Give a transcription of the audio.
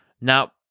now